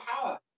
power